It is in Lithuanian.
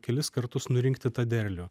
kelis kartus nurinkti tą derlių